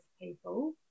people